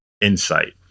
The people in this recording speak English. insight